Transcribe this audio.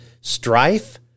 strife